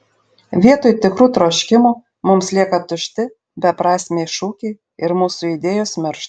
vietoj tikrų troškimų mums lieka tušti beprasmiai šūkiai ir mūsų idėjos miršta